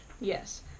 yes